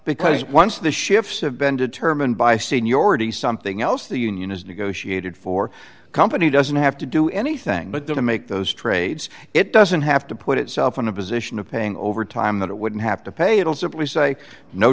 because once the shifts have been determined by seniority something else the union has negotiated for a company doesn't have to do anything but doesn't make those trades it doesn't have to put itself in a position of paying overtime that it wouldn't have to pay it will simply say no